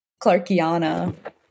Clarkiana